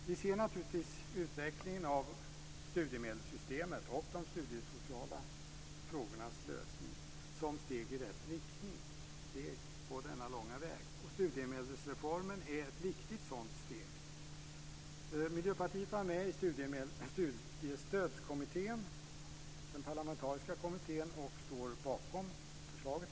Vi ser naturligtvis utvecklingen av studiemedelssystemet och de studiesociala frågornas lösning som steg i rätt riktning på denna långa väg. Studiemedelsreformen är ett viktigt sådant steg. Miljöpartiet var med i den parlamentariska Studiestödskommittén och står bakom dess förslag.